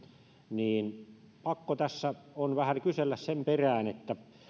niin pakko tässä on vähän kysellä sen perään